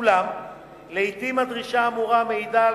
אולם לעתים הדרישה האמורה מעידה על